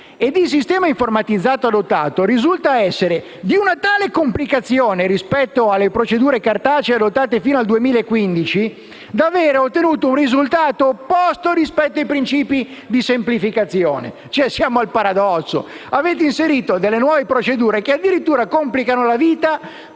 e il sistema informatizzato adottato risulta essere di una tale complicazione rispetto alle procedure cartacee adottate fino al 2015 da avere ottenuto un risultato opposto rispetto ai principi di semplificazione. Siamo al paradosso. Avete inserito nuove procedure che, addirittura, complicano la vita